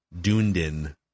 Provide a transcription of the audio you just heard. Dunedin